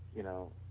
you know,